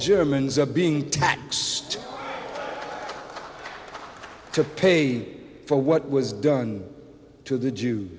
germans are being taxed to pay for what was done to the jew